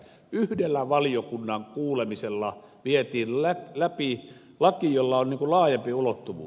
yhdellä valiokunnan kuulemisella vietiin läpi laki jolla on laajempi ulottuvuus